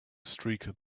streak